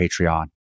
Patreon